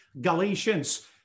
Galatians